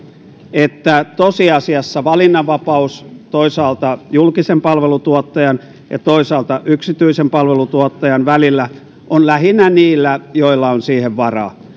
että tosiasiassa valinnanvapaus toisaalta julkisen palvelutuottajan ja toisaalta yksityisen palvelutuottajan välillä on lähinnä niillä joilla on siihen varaa